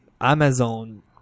amazon